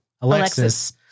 Alexis